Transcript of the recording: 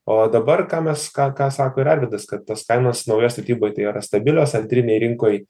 o dabar ką mes ką ką sako ir arvydas kad tos kainos naujoj statyboj tai yra stabilios antrinėj rinkoj